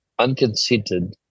unconsented